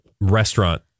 restaurant